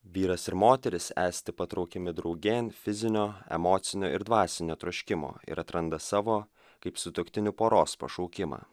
vyras ir moteris esti patraukiami draugėn fizinio emocinio ir dvasinio troškimo ir atranda savo kaip sutuoktinių poros pašaukimą